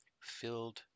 filled